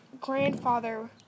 grandfather